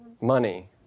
money